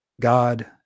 God